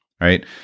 right